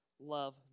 love